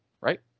Right